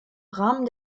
rahmen